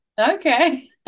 Okay